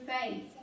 faith